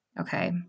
Okay